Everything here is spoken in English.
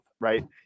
right